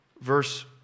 verse